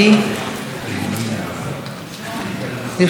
לרשותך עד עשר דקות.